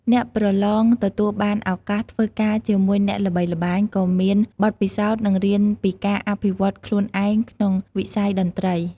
អ្នកប្រឡងទទួលបានឱកាសធ្វើការជាមួយអ្នកល្បីល្បាញដ៏មានបទពិសោធន៍ និងរៀនពីការអភិវឌ្ឍខ្លួនឯងក្នុងវិស័យតន្ត្រី។